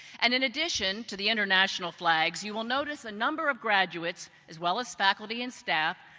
and in addition to the international flags, you will notice a number of graduates, as well as faculty and staff,